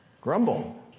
grumble